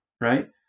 right